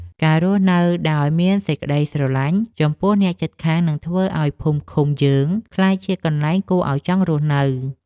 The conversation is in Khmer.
ការរស់នៅដោយមានសេចក្តីស្រឡាញ់ចំពោះអ្នកនៅជិតខាងនឹងធ្វើឱ្យភូមិឃុំយើងក្លាយជាកន្លែងគួរឱ្យចង់រស់នៅ។